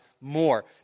more